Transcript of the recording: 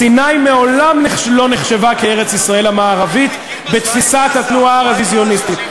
סיני מעולם לא נחשבה כארץ-ישראל המערבית בתפיסת התנועה הרוויזיוניסטית.